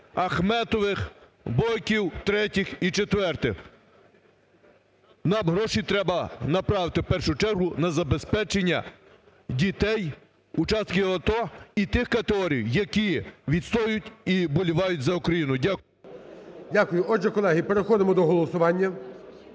Ахметових, Бойків, третіх і четвертих. Нам гроші треба направити, в першу чергу, на забезпечення дітей учасників АТО і тих категорій, які відстоюють і вболівають за Україну. Дякую. ГОЛОВУЮЧИЙ. Дякую. Отже, колеги, переходимо до голосування.